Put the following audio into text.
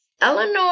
Eleanor